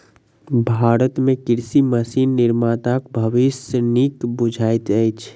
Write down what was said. भारत मे कृषि मशीन निर्माताक भविष्य नीक बुझाइत अछि